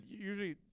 usually